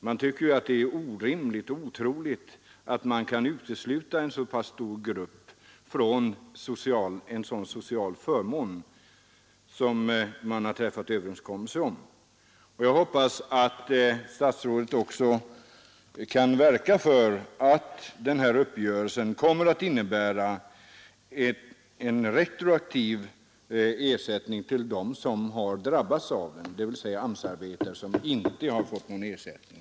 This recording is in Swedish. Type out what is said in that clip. Man tycker att det är orimligt och otroligt att en så pass stor grupp kan uteslutas från en social förmån som det träffats avtal om. Jag hoppas att statsrådet också skall verka för att den här uppgörelsen blir sådan att de AMS-arbetare som drabbats får retroaktiv ersättning.